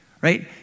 right